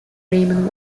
raymond